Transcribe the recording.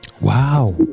Wow